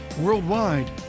worldwide